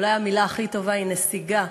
אולי המילה הכי טובה היא נסיגה: